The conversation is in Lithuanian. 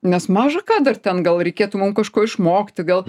nes maža ką dar ten gal reikėtų mum kažko išmokti gal